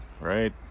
right